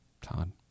Todd